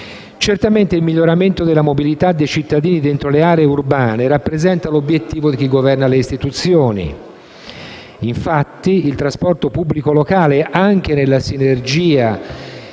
Certamente il miglioramento della mobilità dei cittadini dentro le aree urbane rappresenta l'obiettivo di chi governa le istituzioni. Infatti, il trasporto pubblico locale, anche nella sinergia che definiamo